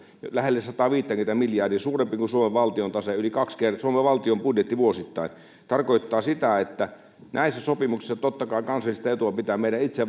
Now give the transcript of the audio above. lähellä sataaviittäkymmentä miljardia suurempi kuin suomen valtion tase yli kaksi kertaa suomen valtion budjetti vuosittain tarkoittaa sitä että näissä sopimuksissa totta kai kansallista etua pitää meidän itse